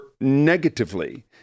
negatively